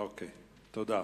תודה.